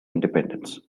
independence